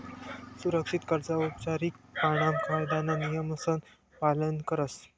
सुरक्षित कर्ज औपचारीक पाणामा कायदाना नियमसन पालन करस